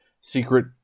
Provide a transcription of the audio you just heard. secret